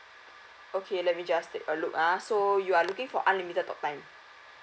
okay let me just take a look ah so you are looking for unlimited talk time